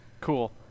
Cool